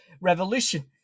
revolution